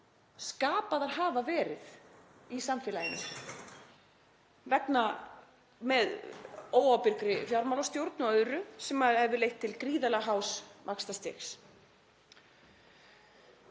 skapaðar hafa verið í samfélaginu með óábyrgri fjármálastjórn og öðru sem hefur leitt til gríðarlega hás vaxtastigs.